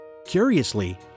Curiously